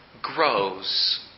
grows